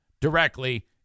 directly